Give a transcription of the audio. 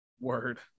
Word